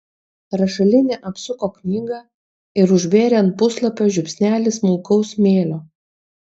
rašalinė apsuko knygą ir užbėrė ant puslapio žiupsnelį smulkaus smėlio